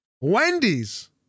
Wendy's